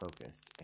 focus